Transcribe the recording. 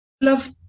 love